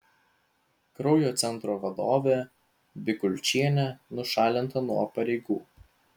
kraujo centro vadovė bikulčienė nušalinta nuo pareigų